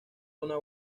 una